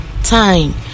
Time